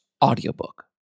audiobook